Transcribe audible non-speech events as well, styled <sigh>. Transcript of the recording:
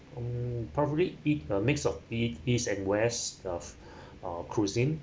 mm probably eat a mix of ea~ east and west of <breath> uh cuisine